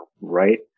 right